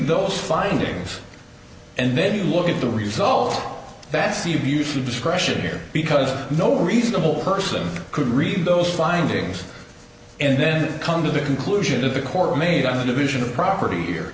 those findings and then you look at the result that's the abuse of discretion here because no reasonable person could read those findings and then come to the conclusion of a court made on the division of property here